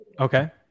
Okay